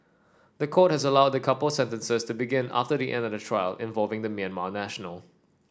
the court has allowed the couple's sentences to begin after the end of the trial involving the Myanmar national